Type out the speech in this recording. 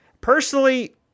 Personally